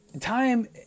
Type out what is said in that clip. time